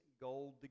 gold